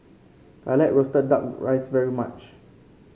I like roasted duck rice very much